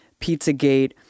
Pizzagate